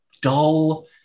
dull